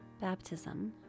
baptism